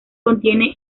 contiene